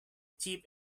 cheap